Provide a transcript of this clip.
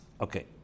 Okay